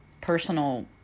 personal